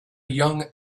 young